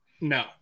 No